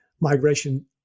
Migration